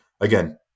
Again